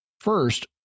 First